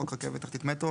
חוק רכבת תחתית (מטרו),